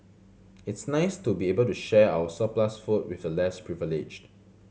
it's nice to be able to share our surplus food with the less privileged